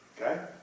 Okay